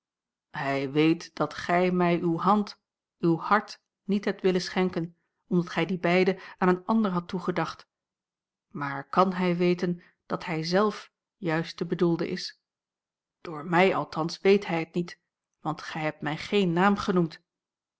hij weet dat gij mij uwe hand uw hart niet hebt willen schenken omdat gij die beide aan een ander hadt toegedacht maar kan hij weten dat hij zelf juist de bedoelde is door mij althans weet hij het niet want gij hebt mij geen naam genoemd